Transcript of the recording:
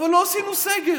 לא עשינו סגר.